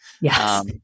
Yes